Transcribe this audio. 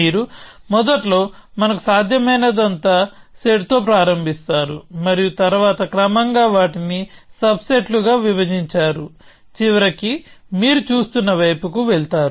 మీరు మొదట్లో మనకు సాధ్యమైనదంతా సెట్ తో ప్రారంభిస్తారు మరియు తరువాత క్రమంగా వాటిని సబ్ సెట్ లుగా విభజించారు చివరికి మీరు చూస్తున్న వైపుకు వెళ్తారు